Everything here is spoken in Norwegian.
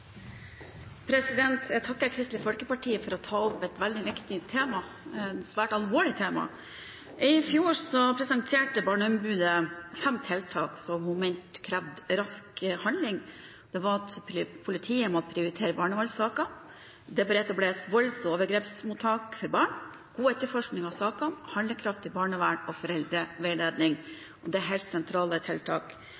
Jeg takker Kristelig Folkeparti for å ta opp et veldig viktig tema, et svært alvorlig tema. I fjor presenterte barneombudet fem tiltak som hun mente krevde rask handling. Det var at politiet måtte prioritere barnevernssaker, at det bør etableres volds- og overgrepsmottak for barn, god etterforskning av sakene, handlekraftig barnevern og foreldreveiledning. Dette er helt sentrale tiltak.